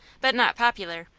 but not popular,